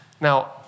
Now